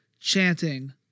chanting